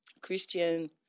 Christian